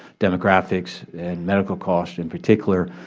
demographics and medical costs in particular.